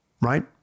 right